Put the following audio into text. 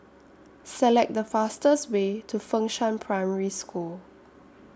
Select The fastest Way to Fengshan Primary School